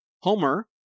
Homer